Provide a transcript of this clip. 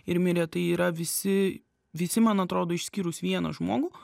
ir mirė tai yra visi visi man atrodo išskyrus vieną žmogų